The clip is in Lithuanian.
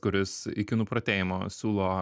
kuris iki nuprotėjimo siūlo